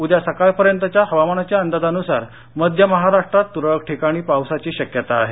उद्या सकाळपर्यंतच्या हवामानाच्या अंदाजानुसार मध्य महाराष्ट्रात तुरळक ठिकाणी पावसाची शक्यता आहे